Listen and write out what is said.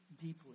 deeply